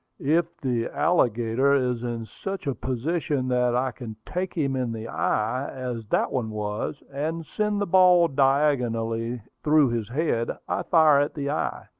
if the alligator is in such a position that i can take him in the eye, as that one was, and send the ball diagonally through his head, i fire at the eye.